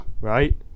Right